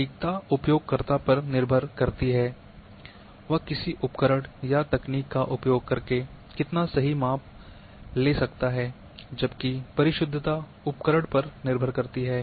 सटीकता उपयोगकर्ता पर निर्भर करती है कि वह किसी उपकरण या तकनीक का उपयोग करके कितना सही माप ले सकता है जबकि परिशुद्धता उपकरण पर निर्भर करती है